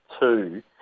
two